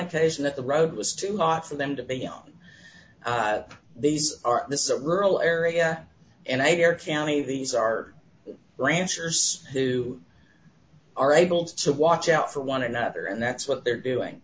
occasion that the road was too hot for them to be on these are this is a rural area and i hear county these are ranchers who are able to watch out for one another and that's what they're doing